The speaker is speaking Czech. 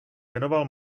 věnoval